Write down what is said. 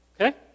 Okay